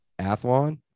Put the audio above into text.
athlon